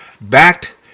backed